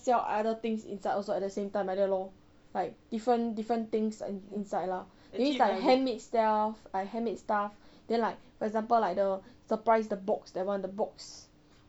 sell other things inside also at the same time like that lor like different different things inside lah that means like handmade stuff I handmade stuff then like for example like the surprise the box that one the box